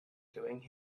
doing